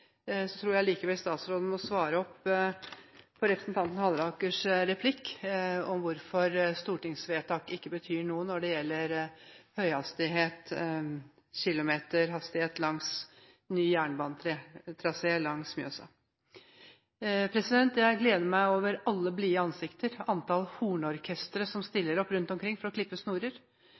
tror likevel statsråden må svare på representanten Hallerakers replikk om hvorfor stortingsvedtak ikke betyr noe når det gjelder kilometerhastighet i ny jernbanetrasé langs Mjøsa. Jeg gleder meg over alle blide ansikter og antall hornorkestre som stiller opp rundt omkring når det klippes snorer,